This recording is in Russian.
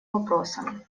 вопросом